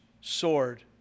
sword